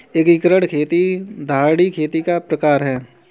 एकीकृत खेती धारणीय खेती का प्रकार है